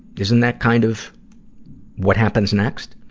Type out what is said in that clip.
isn't that kind of what happens next?